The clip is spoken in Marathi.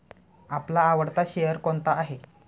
आपला आवडता शेअर कोणता आहे?